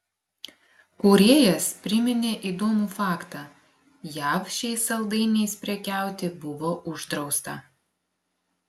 kūrėjas priminė įdomų faktą jav šiais saldainiais prekiauti buvo uždrausta